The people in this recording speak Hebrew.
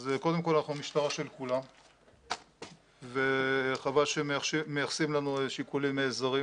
אז קודם כל אנחנו משטרה של כולם וחבל שמייחסים לנו שיקולים זרים.